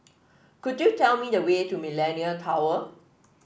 could you tell me the way to Millenia Tower